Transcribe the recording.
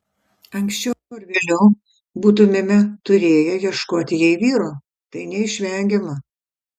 anksčiau ar vėliau būtumėme turėję ieškoti jai vyro tai neišvengiama